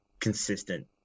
consistent